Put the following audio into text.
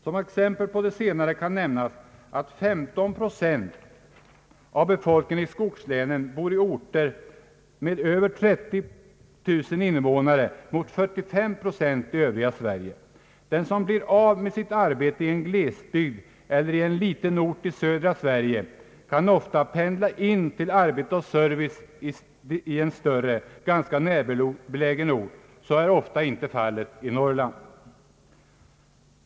Som exempel på det senare kan nämnas att endast 15 procent av befolkningen i skogslänen bor i orter med över 30000 invånare mot 45 procent i övriga Sverige. Den som blir av med sitt arbete i en glesbygd eller i en liten ort i södra Sverige kan ofta pendla in till arbete och service i en större, ganska närbelägen ort. Så är ofta inte fallet i Norrland.